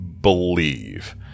believe